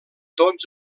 tots